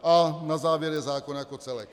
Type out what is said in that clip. A na závěr je zákon jako celek.